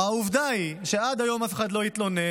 והעובדה היא שעד היום אף אחד לא התלונן.